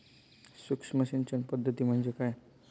सूक्ष्म सिंचन पद्धती म्हणजे काय?